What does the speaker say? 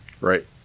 Right